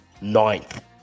ninth